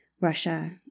Russia